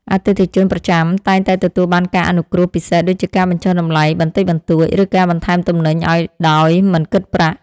អតិថិជនប្រចាំតែងតែទទួលបានការអនុគ្រោះពិសេសដូចជាការបញ្ចុះតម្លៃបន្តិចបន្តួច ឬការបន្ថែមទំនិញឱ្យដោយមិនគិតប្រាក់។